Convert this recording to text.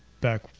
back